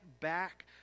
back